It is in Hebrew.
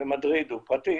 במדריד הוא פרטי